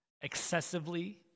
excessively